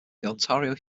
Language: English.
ontario